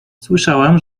słyszałam